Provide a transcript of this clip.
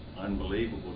unbelievable